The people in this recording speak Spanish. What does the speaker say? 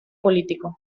político